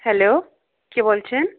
hello কে বলছেন